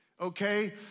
okay